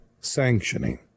sanctioning